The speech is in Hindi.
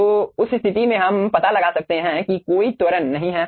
तो उस स्थिति में हम पता लगा सकते हैं कि कोई त्वरण acceleration नहीं है